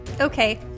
Okay